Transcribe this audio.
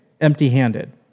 empty-handed